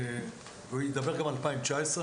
והוא ידבר גם על 2019,